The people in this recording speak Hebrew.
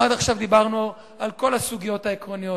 עד עכשיו דיברנו על כל הסוגיות העקרוניות,